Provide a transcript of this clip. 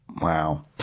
Wow